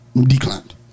Declined